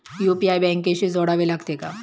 UPI बँकेशी जोडावे लागते का?